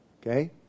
okay